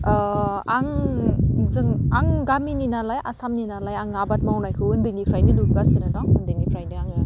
आं जों आं गामिनि नालाय आसामनि नालाय आङो आबाद मावनायखौ उन्दैनिफ्रायनो नुबोगासिनो दं उन्दैनिफ्रायनो आङो